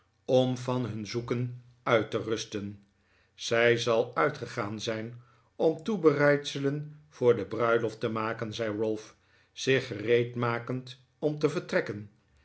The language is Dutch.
om van hun zoeken uit te rusten zij zal uitgegaan zijn om toebereidselen voor de bruiloft te maken zei ralph zich gereedmakend om te vertrekken